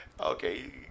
Okay